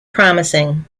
promising